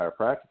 chiropractic